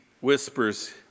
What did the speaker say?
whispers